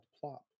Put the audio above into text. Plop